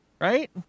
right